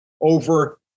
over